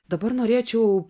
dabar norėčiau